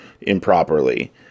improperly